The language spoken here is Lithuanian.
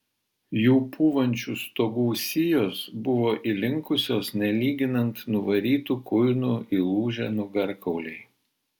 jų pūvančių stogų sijos buvo įlinkusios nelyginant nuvarytų kuinų įlūžę nugarkauliai